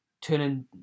turning